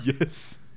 Yes